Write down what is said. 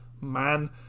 man